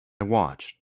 watched